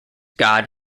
god